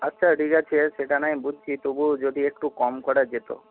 আচ্ছা ঠিক আছে সেটা না হয় বুঝছি তবুও যদি একটু কম করা যেত